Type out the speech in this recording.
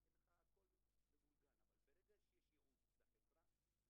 דבר ראשון, הנושא של אישור מפקח עבודה ראשי כתנאי